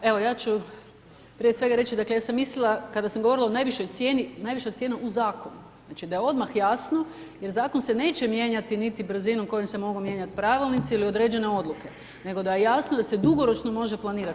Pa evo ja ću prije svega reći, dakle ja sam mislila kada sam govorila o najvišoj cijeni, najviša cijena u zakonu, znači da je odmah jasno jer zakon se neće mijenjati niti brzinom kojom se mogu mijenjati pravilnici ili određene odluke, nego da je jasno da se dugoročno može planirati.